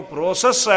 Process